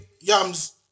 Yams